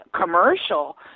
commercial